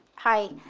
hi.